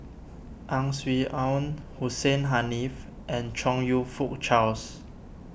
Ang Swee Aun Hussein Haniff and Chong You Fook Charles